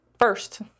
first